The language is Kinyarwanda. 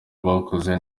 bakoze